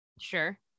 sure